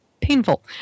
painful